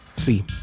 See